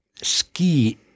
ski